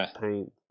paint